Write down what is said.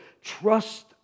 Trust